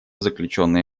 заключенные